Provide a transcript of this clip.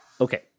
Okay